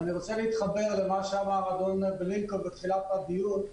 ואני רוצה להתחבר למה שאמר אדון בלינקוב בתחילת הדיון,